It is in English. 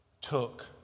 took